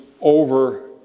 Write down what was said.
over